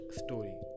story